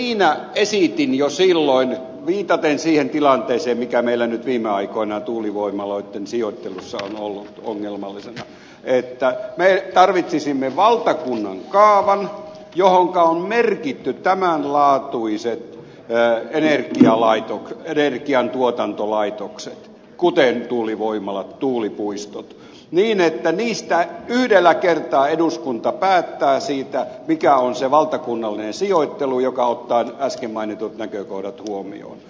siinä esitin jo silloin viitaten siihen tilanteeseen mikä meillä nyt viime aikoina tuulivoimaloitten sijoittelussa on ollut ongelmallisena että me tarvitsisimme valtakunnan kaavan johonka on merkitty tämän laatuiset energiantuotantolaitokset kuten tuulivoimalat tuulipuistot niin että niistä yhdellä kertaa eduskunta päättää mikä on se valtakunnallinen sijoittelu joka ottaa äsken mainitut näkökohdat huomioon